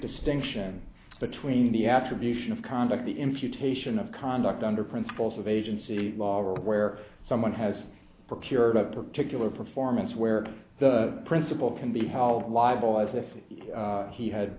distinction between the attribution of conduct the imputation of conduct under principles of agency law or where someone has procured a particular performance where the principal can be held liable as if he had